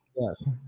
Yes